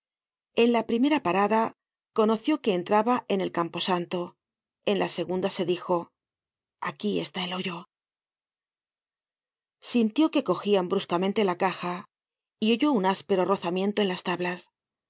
en la primera pa rada conoció que entraba en el campo santo en la segunda se dijo aquí está el hoyo content from google book search generated at sintió que cogían bruscamente la caja y oyó un áspero rozamiento en las tablas